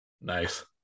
nice